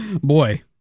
Boy